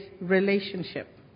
relationship